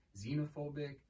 xenophobic